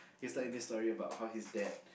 he's like this story about how his dad